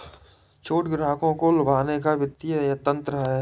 छूट ग्राहकों को लुभाने का वित्तीय तंत्र है